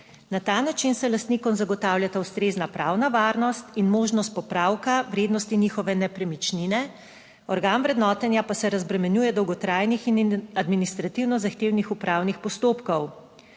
Na ta način se lastnikom zagotavljata ustrezna pravna varnost in možnost popravka vrednosti njihove nepremičnine. Organ vrednotenja pa se razbremenjuje dolgotrajnih in administrativno zahtevnih upravnih postopkov.